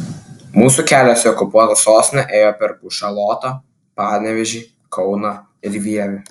mūsų kelias į okupuotą sostinę ėjo per pušalotą panevėžį kauną ir vievį